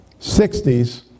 60s